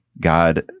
God